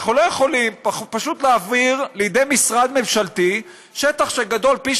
אנחנו לא יכולים פשוט להעביר לידי משרד ממשלתי שטח שגדול פי